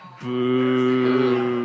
Boo